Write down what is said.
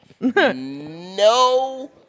No